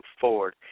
forward